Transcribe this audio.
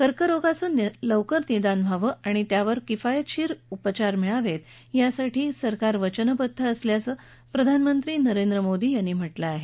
कर्करोगाचं लवकर निदान व्हावं आणि त्यावर किफायतशीर उपचार मिळावेत यासाठी सरकार वचनबद्ध असल्याचं प्रधानमंत्री नरेंद्र मोदी यांनी म्हटलं आहे